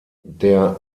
der